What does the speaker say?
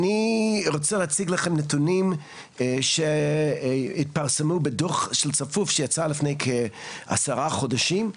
רוצה להציג לכם נתונים שהתפרסמו בדוח של "צפוף" שיצא לפני כ- 10 חודשים,